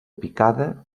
picada